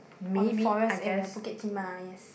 or the forest area Bukit Timah yes